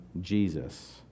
Jesus